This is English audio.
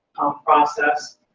process.